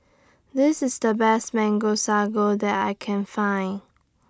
This IS The Best Mango Sago that I Can Find